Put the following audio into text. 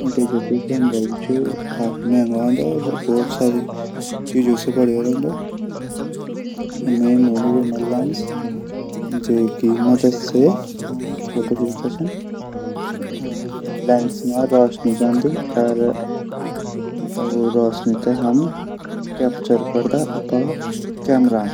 Digital camera जू बहुत मैंगू आंदू। बहुत सारी चीजों से बण्यू रैंदू। वे मा मंगू लैंस हूदू जैकी मदद से फोटो खिंचदा छन लैंस मा रोशनी जांदी रोशनी थै हम कैप्चर करदा।